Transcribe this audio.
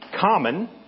common